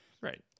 Right